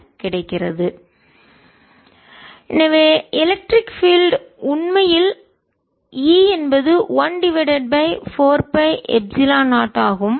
drtdtvrtvtcAt to rt0 c0 So rtvt எனவே electric field மின்சார புலம் உண்மையில் Etஇன் செயல்பாடு என்பது 1 டிவைடட் பை 4 pi எப்சிலன் 0 ஆகும்